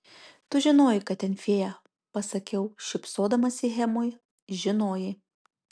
tu žinojai kad ten fėja pasakiau šypsodamasi hemui žinojai